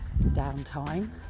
downtime